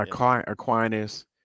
Aquinas